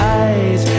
eyes